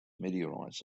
meteorites